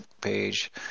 page